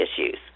issues